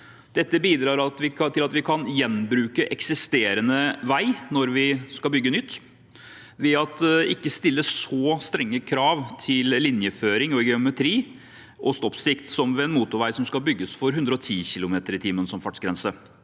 Dette bidrar til at vi kan gjenbruke eksisterende vei når vi skal bygge nytt, ved at det ikke stilles så strenge krav til linjeføring, geometri og stoppsikt som ved en motorvei som skal bygges for 110 km/t som fartsgrense.